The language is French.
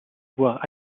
voir